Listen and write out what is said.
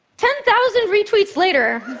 ten thousand retweets later,